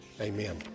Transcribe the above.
Amen